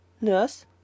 nurse